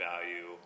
value